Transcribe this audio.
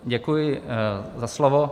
Děkuji za slovo.